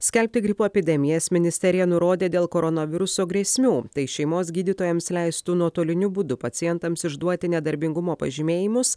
skelbti gripo epidemijas ministerija nurodė dėl koronaviruso grėsmių tai šeimos gydytojams leistų nuotoliniu būdu pacientams išduoti nedarbingumo pažymėjimus